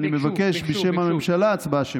אז אני מבקש בשם הממשלה הצבעה שמית.